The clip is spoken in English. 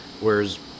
Whereas